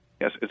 Yes